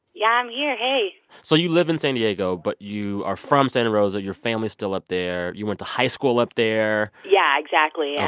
yeah, i'm here. hey so you live in san diego, but you are from santa rosa. your family's still up there. you went to high school up there yeah, exactly yeah